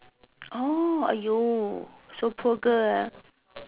orh !aiyo! so poor girl ah